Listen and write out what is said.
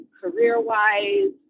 career-wise